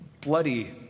bloody